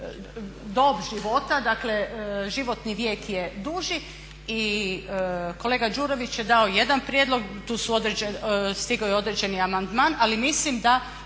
dob života, dakle životni vijek je duži i kolega Đurović je dao jedan prijedlog, stigao je određeni amandman ali mislim da